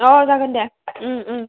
औ जागोन दे